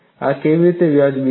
આ કેવી રીતે વાજબી છે